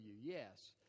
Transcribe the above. Yes